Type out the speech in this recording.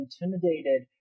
intimidated